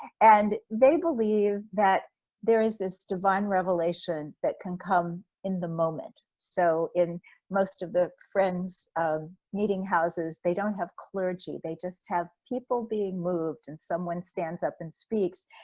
and they believe that there is this divine revelation that can come in the moment. so, in most of the friends' meeting houses, they don't have clergy, they just have people being moved and someone stands up and speaks.